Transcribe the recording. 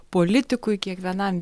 politikui kiekvienam